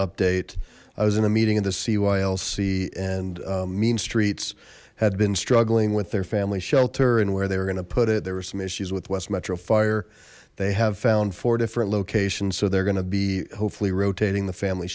update i was in a meeting of the cyl see and mean streets had been struggling with their family shelter and where they were gonna put it there were some issues with west metro fire they have found four different locations so they're gonna be hopefully rotating the family